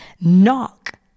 Knock